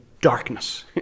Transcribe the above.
darkness